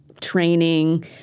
Training